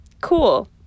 cool